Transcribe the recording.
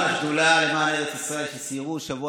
גם השדולה למען ארץ ישראל סיירו בשבוע